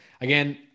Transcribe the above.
Again